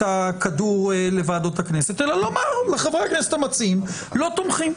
הכדור לוועדות הכנסת אלא לומר לחברי הכנסת המציעים לא תומכים.